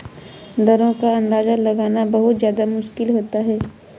दरों का अंदाजा लगाना बहुत ज्यादा मुश्किल होता है